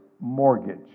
mortgage